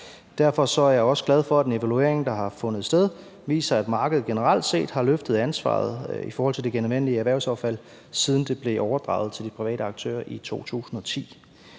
Derfor er jeg også glad for, at den evaluering, der har fundet sted, viser, at markedet generelt set har løftet ansvaret i forhold til det genanvendelige erhvervsaffald, siden det blev overdraget til de private aktører i 2010.